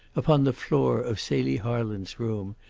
upon the floor of celie harland's room,